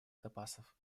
запасов